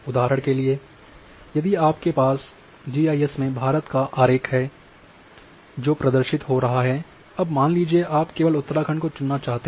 उदाहरण के लिए यदि आप आपके पास जीआईएस में भारत का आरेख है जो प्रदर्शित रहा है अब मान लीजिये आप केवल उत्तराखंड को चुनना चाहते हैं